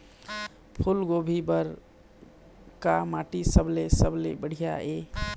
फूलगोभी बर का माटी सबले सबले बढ़िया ये?